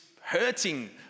hurting